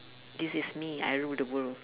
this is me I rule the world